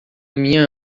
minha